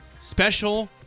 special